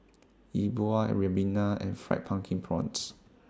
E Bua Ribena and Fried Pumpkin Prawns